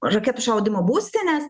raketų šaudymo būstinės